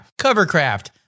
covercraft